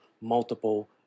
multiple